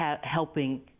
helping